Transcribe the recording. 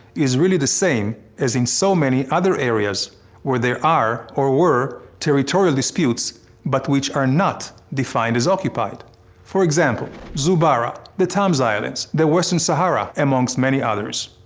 is really the same as in so many other areas where there are, or were, territorial disputes but which are not defined as occupied for example zubarah, the tumbs islands, the western sahara amongst many others,